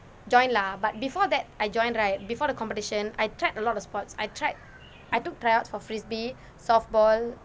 joined lah but before that I joined right before the competition I tried a lot of sports I tried I took tryouts for frisbee softball